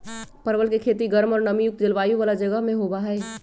परवल के खेती गर्म और नमी युक्त जलवायु वाला जगह में होबा हई